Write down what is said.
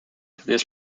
this